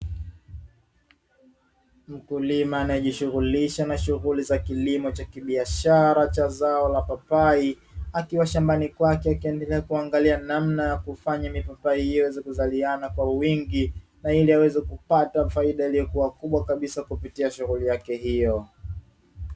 Mkulima anayejishughulisha na shughuli za kilimo cha kibiashara cha zao la papai. Akiwa shambani kwake akiendelea kuangalia namna ya kufanya mipapai hiyo iweze kuzaliana kwa uwingi na ili aweze kupata faida iliyokua kubwa kabisa kupitia shughuli yake hiyo.